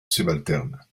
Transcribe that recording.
subalterne